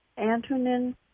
Antonin